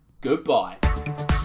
Goodbye